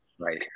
Right